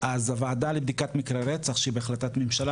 אז הוועדה לבדיקת מקרי רצח שהיא בהחלטת ממשלה